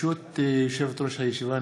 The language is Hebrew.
ברשות יושבת-ראש הישיבה,